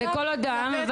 לכל אדם,